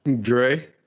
Dre